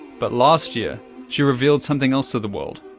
but last year she revealed something else to the world,